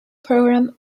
program